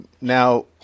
Now